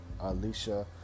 alicia